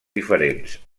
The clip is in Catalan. diferents